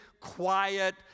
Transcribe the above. quiet